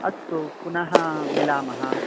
अस्तु पुनः मिलामः